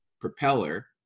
propeller